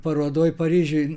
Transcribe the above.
parodoj paryžiuj